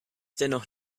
dennoch